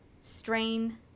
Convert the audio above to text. strain